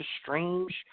strange